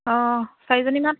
অঁ চাৰিজনীমান